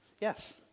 Yes